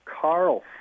Carl